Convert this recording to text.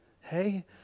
Hey